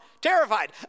terrified